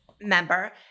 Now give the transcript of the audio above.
member